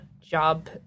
job